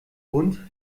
hund